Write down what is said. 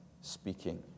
speaking